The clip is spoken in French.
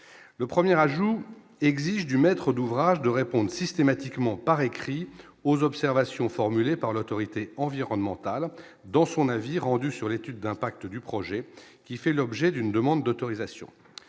le 1er rajout exige du maître d'ouvrage de répondent systématiquement par écrit aux observations formulées par l'autorité environnementale dans son avis rendu sur l'étude d'impact du projet qui fait l'objet d'une demande d'autorisation,